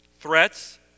threats